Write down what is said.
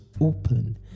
open